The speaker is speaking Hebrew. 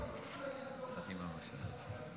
(תיקון מס' 37),